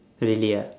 really ah